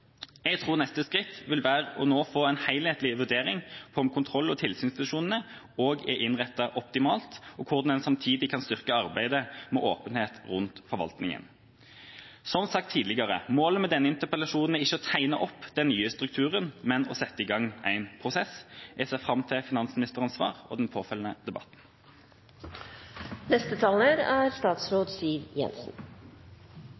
Jeg tror neste skritt vil være å få en helhetlig vurdering av om kontroll- og tilsynsfunksjonene også er innrettet optimalt, og hvordan en samtidig kan styrke arbeidet med åpenhet rundt forvaltningen. Som sagt tidligere: Målet med denne interpellasjonen er ikke å tegne opp den nye strukturen, men å sette i gang en prosess. Jeg ser fram til finansministerens svar og den påfølgende debatt. Regjeringen sa i Sundvolden-plattformen at rammeverket som er